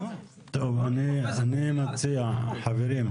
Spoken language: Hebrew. טוב, אני מציע, חברים.